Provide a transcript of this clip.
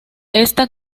esta